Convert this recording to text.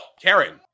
Karen